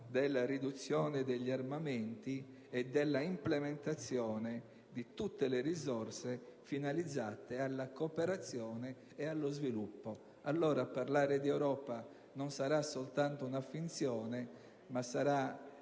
della riduzione degli armamenti e dell'implementazione di tutte le risorse finalizzate alla cooperazione e allo sviluppo. Allora parlare d'Europa non sarà soltanto una finzione, ma sarà